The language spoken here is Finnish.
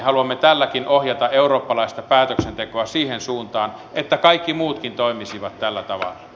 haluamme tälläkin ohjata eurooppalaista päätöksentekoa siihen suuntaan että kaikki muutkin toimisivat tällä tavalla